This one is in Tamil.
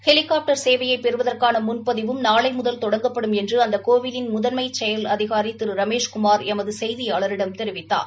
ஹெலிகாப்டர் சேவையை பெறுவதற்கான முன்பதிவும் நாளை முதல் தொடங்கப்படும் என்று அந்த கோவிலின் முதன்மை செயல் அதிகாரி திரு ரமேஷ்குமார் எமது செய்தியாளரிடம் தெரிவித்தார்